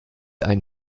ein